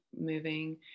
moving